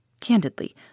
Candidly